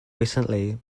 recently